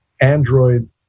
Android